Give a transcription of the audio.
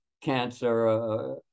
cancer